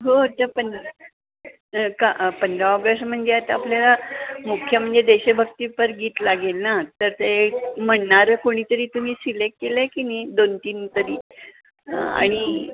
हो त्या पं का पंधरा ऑगस्ट म्हणजे आता आपल्याला मुख्य म्हणजे देशभक्तीपर गीत लागेल ना तर ते म्हणणारं कोणी तरी तुम्ही सिलेक्ट केलं आहे की नाही दोन तीन तरी आणि